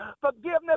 forgiveness